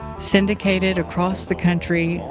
syndicated across the country,